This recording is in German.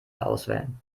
auswählen